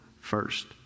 first